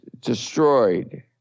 destroyed